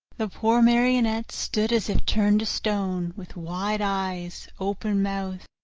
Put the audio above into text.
the poor marionette stood as if turned to stone, with wide eyes, open mouth,